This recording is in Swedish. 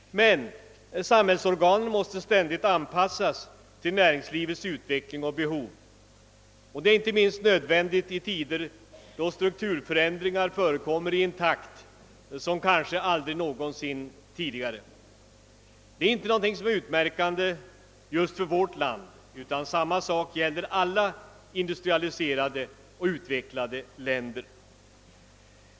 Men samhällsorganen måste ständigt anpassas till näringslivets utveckling och behov, och detta är inte minst nödvändigt i tider då strukturförändringar förekommer i en takt som kanske aldrig förr. Det är inte någonting som är utmärkande just för vårt land, utan samma sak gäller alla industrialiserade och utvecklade länder.